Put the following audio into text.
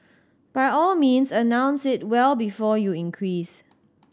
by all means announce it well before you increase